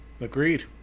Agreed